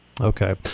okay